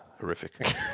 Horrific